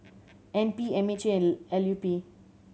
N P M H A and L U P